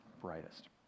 brightest